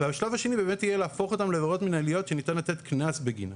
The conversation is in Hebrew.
והשלב השני באמת יהיה להפוך אותן לעבירות מנהלתיות שניתן לתת קנס בגינן.